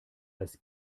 als